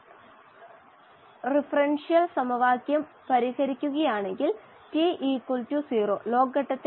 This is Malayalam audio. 0 എന്നതു തീർച്ചയായും 0 ആണെന്ന് ഉറപ്പാക്കുക കുറച്ച് നേരത്തേക്ക് 0 റീഡിങ് കാണുക തുടർന്ന് വായു കൊടുത്താൽ അത് ഇങ്ങനെയായിരിക്കും